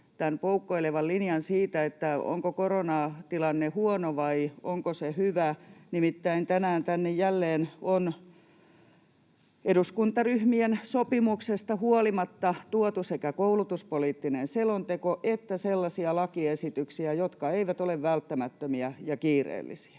tämän poukkoilevan linjan siitä, onko koronatilanne huono vai onko se hyvä. Nimittäin tänään tänne jälleen on eduskuntaryhmien sopimuksesta huolimatta tuotu sekä koulutuspoliittinen selonteko että sellaisia lakiesityksiä, jotka eivät ole välttämättömiä ja kiireellisiä.